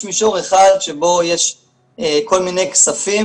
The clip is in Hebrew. יש מישור אחד שבו יש כל מיני כספים